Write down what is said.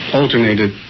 alternated